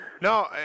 No